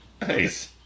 Nice